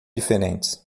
diferentes